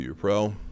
pro